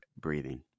breathing